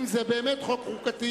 אם זה באמת חוק חוקתי,